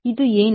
ಇದು ಏನು